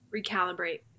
Recalibrate